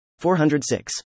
406